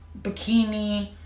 bikini